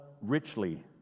richly